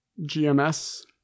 GMS